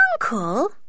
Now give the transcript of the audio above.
Uncle